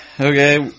Okay